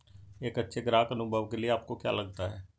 एक अच्छे ग्राहक अनुभव के लिए आपको क्या लगता है?